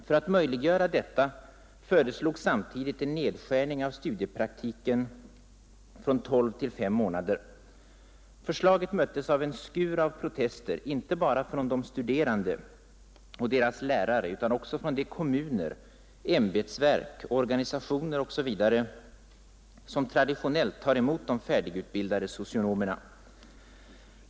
För att möjliggöra detta föreslogs samtidigt en nedskärning av studiepraktiken från tolv till fem månader. Förslaget möttes av en skur av protester inte bara från de studerande och deras lärare utan också från de kommuner, ämbetsverk, organisationer etc. som traditionellt tar emot de färdigutbildade socionomerna.